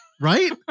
Right